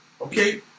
Okay